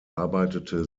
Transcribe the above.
arbeitete